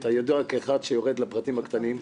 אתה ידוע כאחד שיורד לפרטים הקטנים,